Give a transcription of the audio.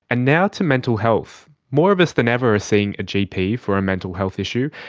and now to mental health. more of us than ever are seeing a gp for a mental health issue,